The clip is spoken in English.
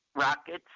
Rockets